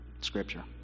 scripture